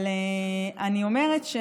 אבל אני אומרת,